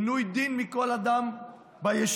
עינוי דין מכל אדם ביישוב.